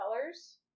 colors